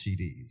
CDs